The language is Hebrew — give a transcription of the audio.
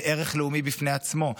זה ערך לאומי בפני עצמו.